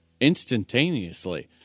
instantaneously